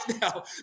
now